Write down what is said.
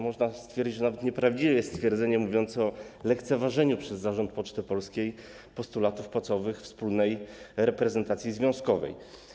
Można stwierdzić nawet, że nieprawdziwe jest stwierdzenie mówiące o lekceważeniu przez Zarząd Poczty Polskiej postulatów płacowych wspólnej reprezentacji związkowej.